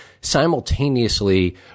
simultaneously